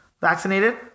Vaccinated